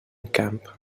camp